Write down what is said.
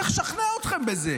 צריך לשכנע אתכם בזה,